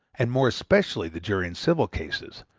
and more especially the jury in civil cases,